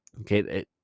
Okay